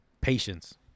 Patience